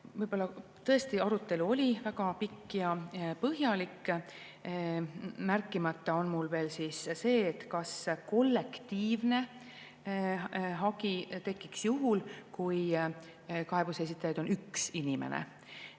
jäi üles. Tõesti, arutelu oli väga pikk ja põhjalik. Märkimata on mul veel see, kas kollektiivne hagi tekiks juhul, kui kaebuse esitaja on üks inimene.